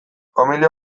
familia